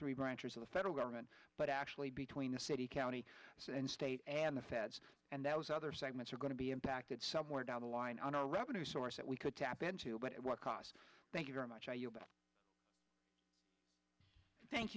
three branches of the federal government but actually between the city county and state and the feds and that was other segments are going to be impacted somewhere down the line on a revenue source that we could tap into but at what cost thank you very much